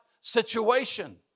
situation